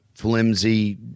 flimsy